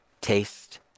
taste